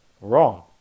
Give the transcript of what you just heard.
wrong